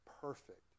perfect